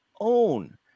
own